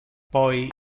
poi